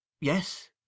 yes